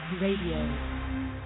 Radio